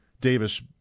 Davis